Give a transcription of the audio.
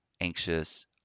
anxious